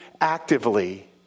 actively